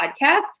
podcast